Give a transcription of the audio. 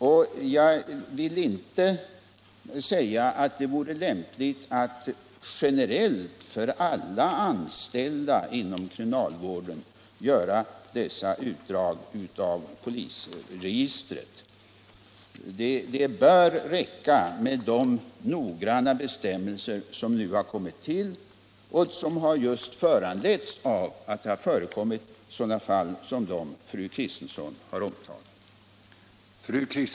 Jag vill dock inte säga att det vore lämpligt att generellt för alla anställda inom kriminalvården göra dessa utdrag av polisregistret. Det bör räcka med de nogranna bestämmelser som nu har kommit till och som just har föranletts av att det har förekommit sådana fall som fru Kristensson har omtalat.